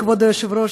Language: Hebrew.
כבוד היושב-ראש,